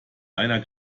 einer